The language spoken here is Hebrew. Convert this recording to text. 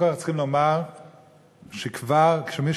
וחושבים שצריך שתהיה מוכפפת לחוק חופש המידע